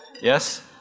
Yes